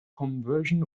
conversion